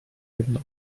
jedno